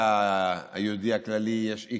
היהודי ויגידו: במגזר היהודי הכללי יש x,